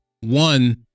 one